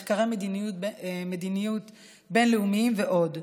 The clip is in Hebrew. מחקרי מדיניות בין-לאומיים ועוד.